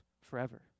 forever